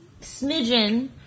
smidgen